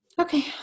Okay